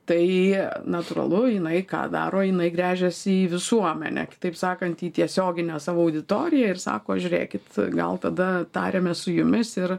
tai natūralu jinai ką daro jinai gręžiasi į visuomenę kitaip sakant į tiesioginę savo auditoriją ir sako žiūrėkit gal tada tariamės su jumis ir